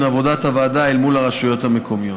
עבודת הוועדה אל מול הרשויות המקומיות.